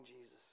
Jesus